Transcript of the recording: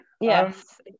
yes